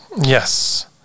Yes